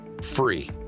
free